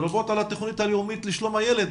לרבות התכנית הלאומית לשלום הילד,